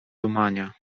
dumania